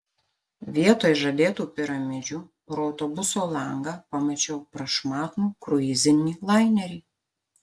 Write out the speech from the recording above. vietoj žadėtų piramidžių pro autobuso langą pamačiau prašmatnų kruizinį lainerį